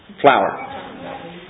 flower